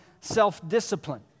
self-discipline